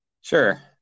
Sure